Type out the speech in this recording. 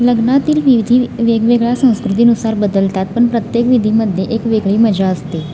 लग्नातील विविध वेगवेगळ्या संस्कृतीनुसार बदलतात पण प्रत्येक विधीमध्ये एक वेगळी मजा असते